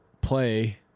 play